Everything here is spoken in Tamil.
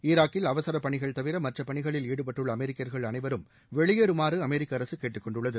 ஈராக்கில் அவசர பணிகள் தவிர மற்றப் பணிகளில் ஈடுபட்டுள்ள அமெரிக்கா்கள் அனைவரும் வெளியேறுமாறு அமெரிக்க அரசு கேட்டுக்கொண்டுள்ளது